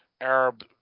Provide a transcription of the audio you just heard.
Arab